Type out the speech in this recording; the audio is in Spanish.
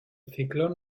ciclón